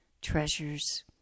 treasures